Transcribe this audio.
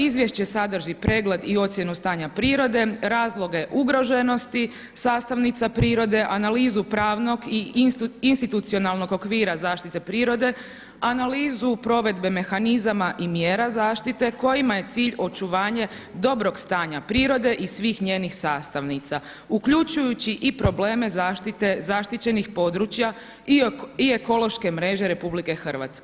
Izvješće sadrži pregled i ocjenu stanja prirode, razloge ugroženosti sastavnica prirode, analizu pravnog i institucionalnog okvira zaštite prirode, analizu provedbe mehanizama i mjera zaštite kojima je cilj očuvanje dobrog stanja prirode i svih njenih sastavnica uključujući i probleme zaštite zaštićenih područja i ekološke mreže RH.